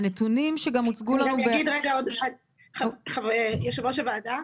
יושבת ראש הוועדה,